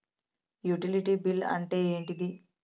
Utility bill అంటే ఏంటిది?